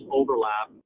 overlap